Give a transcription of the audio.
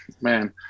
man